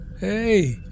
Hey